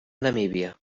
namíbia